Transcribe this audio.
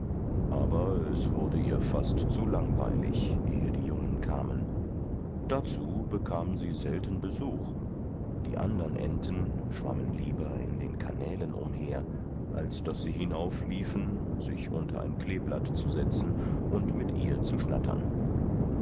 aber es wurde ihr fast zu langweilig ehe die jungen kamen dazu bekam sie selten besuch die andern enten schwammen lieber in den kanälen umher als daß sie hinauf liefen sich unter ein kleeblatt zu setzen und mit ihr zu schnattern